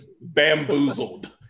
bamboozled